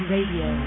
Radio